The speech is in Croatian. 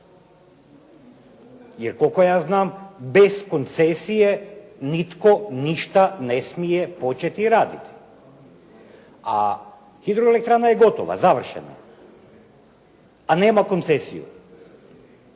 jer koliko ja znam bez koncesije nitko ništa ne smije početi raditi. A Hidroelektrana je gotova, završena, a nema koncesiju.